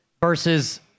versus